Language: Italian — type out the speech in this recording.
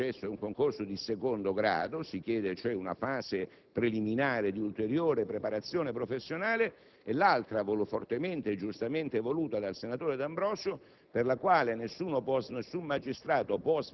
di esposizione, inerente al concorso di accesso, che è un concorso di secondo grado, in quanto si richiede una fase preliminare di ulteriore preparazione professionale, e l'altra, fortemente e giustamente voluta dal senatore D'Ambrosio,